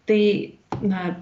tai na